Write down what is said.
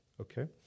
okay